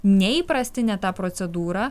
ne įprastinę tą procedūrą